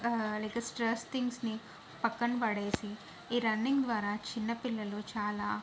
like a stress థింగ్స్ని పక్కన పడేసి ఈ రన్నింగ్ ద్వారా చిన్న పిల్లలు చాలా